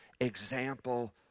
example